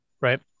Right